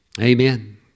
Amen